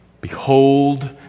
Behold